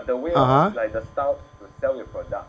(uh huh)